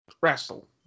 wrestle